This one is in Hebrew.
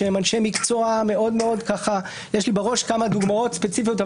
שהם אנשי מקצוע יש לי בראש כמה דוגמאות ספציפיות,